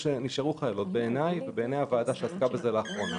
השארנו חיילות איפה שהיה נכון בעיני הוועדה שעסקה בזה לאחרונה.